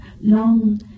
long